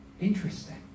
Interesting